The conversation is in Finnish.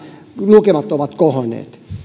lukemat ovat kohonneet